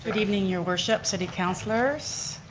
but evening your worship, city counselors,